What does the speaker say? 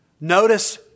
Notice